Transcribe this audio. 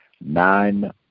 nine